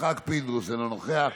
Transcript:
יצחק פינדרוס, אינו נוכח.